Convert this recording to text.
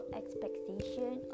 expectation